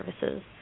Services